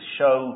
show